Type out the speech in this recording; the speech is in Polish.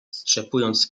strzepując